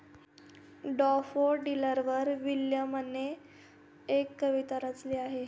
डॅफोडिलवर विल्यमने एक कविता रचली आहे